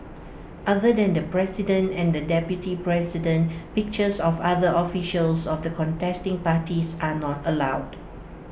other than the president and the deputy president pictures of other officials of the contesting parties are not allowed